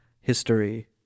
history